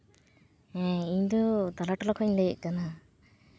ᱦᱮᱸ ᱤᱧ ᱫᱚ ᱛᱟᱞᱟ ᱴᱚᱞᱟ ᱠᱷᱚᱱᱤᱧ ᱞᱟᱹᱭᱮᱫ ᱠᱟᱱᱟ